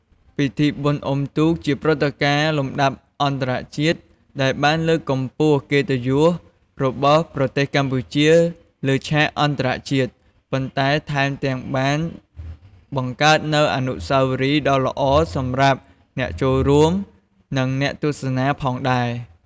ពិធីបុណ្យអុំទូកជាព្រឹត្តិការណ៍លំដាប់អន្តរជាតិ ដែលបានលើកតម្កើងកិត្តិយសរបស់ប្រទេសកម្ពុជាលើឆាកអន្តរជាតិ ប៉ុន្តែថែមទាំងបានបង្កើតនូវអនុស្សាវរីយ៍ដ៏ល្អសម្រាប់អ្នកចូលរួម និងអ្នកទស្សនាផងដែរ។